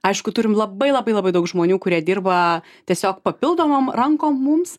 aišku turim labai labai labai daug žmonių kurie dirba tiesiog papildomom rankom mums